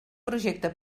projecte